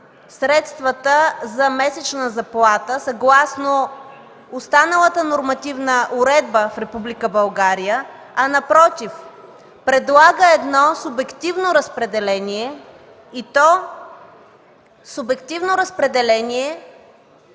средствата за месечна заплата, съгласно останалата нормативна уредба в Република България, а, напротив, предлага едно субективно разпределение и то субективно разпределение